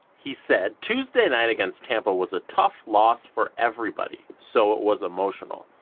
he said, tuesday night against tampa was a tough loss for everybody, so it was emotional.